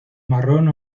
marrón